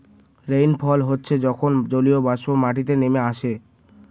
rainfall হচ্ছে যখন জলীয়বাষ্প মাটিতে নেমে আসে